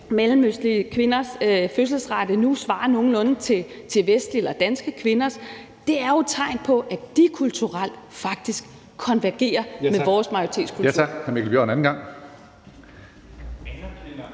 mellemøstlige kvinders fødselsrate nu svarer nogenlunde til danske kvinders. Det er et tegn på, at de kulturelt faktisk konvergerer med vores majoritetskultur.